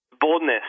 boldness